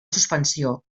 suspensió